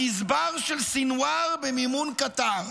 הגזבר של סנוואר במימון קטר,